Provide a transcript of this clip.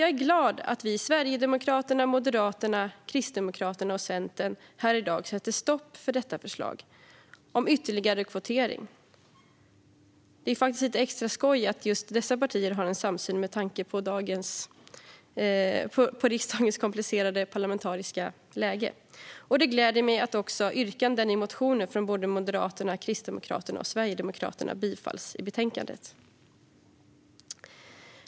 Jag är glad att vi i Sverigedemokraterna, Moderaterna, Kristdemokraterna och Centern här i dag sätter stopp för detta förslag om ytterligare kvotering. Det är faktiskt lite extra skoj att just dessa partier har en samsyn, med tanke på riksdagens komplicerade parlamentariska läge. Det gläder mig också att yrkanden i motioner från såväl Moderaterna och Kristdemokraterna som Sverigedemokraterna tillstyrks i betänkandet.